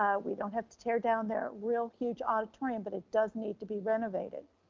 ah we don't have to tear down their real huge auditorium, but it does need to be renovated.